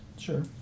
Sure